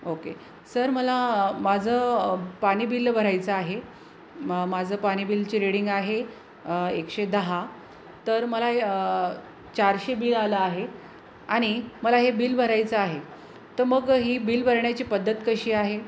okay sir मला माझं पाणी बिल भरायचं आहे मग माझं पाणी बिलची रीडिंग आहे एकशे दहा तर मला चारशे बिल आलं आहे आणि मला हे बिल भरायचं आहे तर मग ही बिल भरण्याची पद्धत कशी आहे